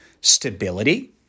stability